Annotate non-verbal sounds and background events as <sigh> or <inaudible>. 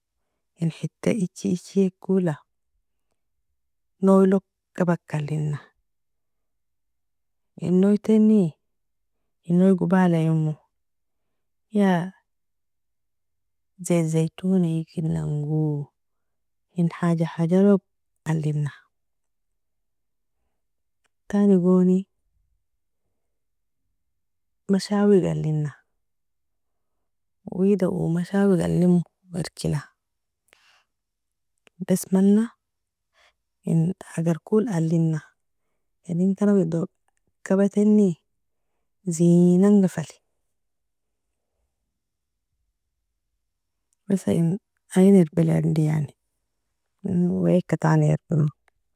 In حتة echi echikola, noilog kabakalina, in noitani noi gobalaemo, ya زيت زيتون iginango, in haja hajalog alina, tani goni mashawig'alina, wida uu mashawig alimo irkila, bas mana in agarkol alina, inenkaramido kabatani zinanga falie, bes ain <hesitation> irbirile yani, in wika tani erbemo.